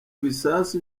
ibisasu